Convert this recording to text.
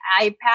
iPad